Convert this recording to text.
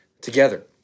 together